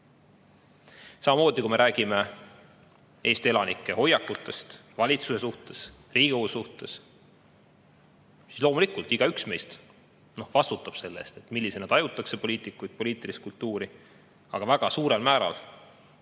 vaadata. Kui me räägime Eesti elanike hoiakutest valitsuse suhtes, Riigikogu suhtes, siis loomulikult igaüks meist vastutab selle eest, millisena tajutakse poliitikuid, poliitilist kultuuri. Aga väga suurel määral,